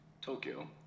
Tokyo